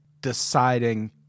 deciding